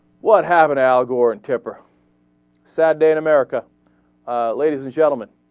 what have an al gore and tipper sad day in america ah. ladies and gentlemen